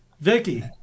vicky